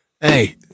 Hey